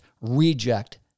reject